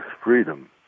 freedom